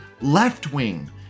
left-wing